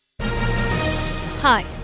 Hi